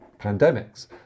pandemics